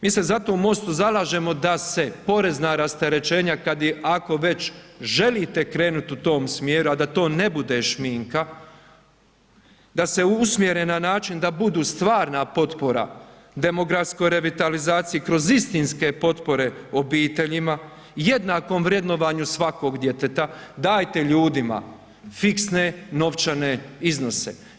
Mi se zato u Mostu zalažemo da se porezna rasterećenja, kad je, ako već želite krenuti u tom smjeru a da to ne bude šminka, da se usmjere na način da budu stvarna potpora demografskoj revitalizaciji kroz istinske potpore obiteljima, jednakom vrednovanju svakog djeteta, dajte ljudima fiksne novčane iznose.